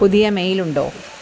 പുതിയ മെയിലുണ്ടോ